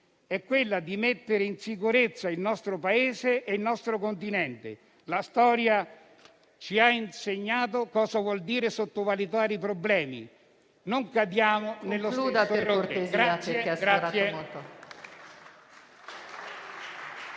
è quella di mettere in sicurezza il nostro Paese e il nostro continente. La storia ci ha insegnato cosa vuol dire sottovalutare i problemi; non cadiamo nello stesso errore.